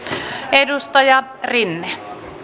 edustaja rinne